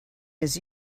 his